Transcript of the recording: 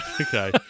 Okay